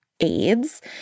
aids